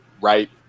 right